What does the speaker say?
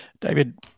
David